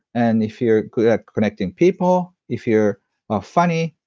and if you're good at connecting people, if you're ah funny,